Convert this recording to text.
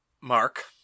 Mark